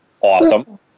Awesome